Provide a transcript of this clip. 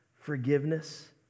forgiveness